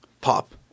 pop